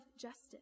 justice